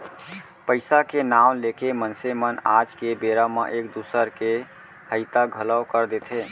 पइसा के नांव लेके मनसे मन आज के बेरा म एक दूसर के हइता घलौ कर देथे